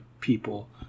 people